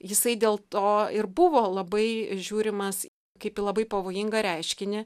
jisai dėl to ir buvo labai žiūrimas kaip į labai pavojingą reiškinį